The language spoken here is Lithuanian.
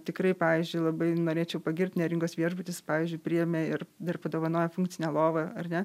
tikrai pavyzdžiui labai norėčiau pagirt neringos viešbutis pavyzdžiui priėmė ir dar padovanojo funkcinę lovą ar ne